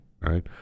right